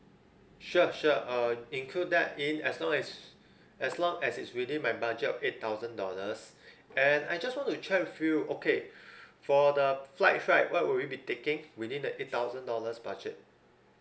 sure sure uh include that in as long as as long as it's within my budget of eight thousand dollars and I just want to check with you okay for the flights right what will we be taking within the eight thousand dollars budget